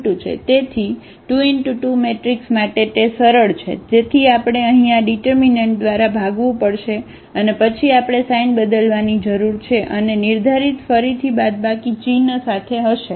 તેથી 2 2 મેટ્રિક્સ માટે તે સરળ છે તેથી આપણે અહીં આ ડીટરમીનન્ટ દ્વારા ભાગવું પડશે અને પછી આપણે સાઇન બદલવાની જરૂર છે અને નિર્ધારિત ફરીથી બાદબાકી ચિહ્ન સાથે હશે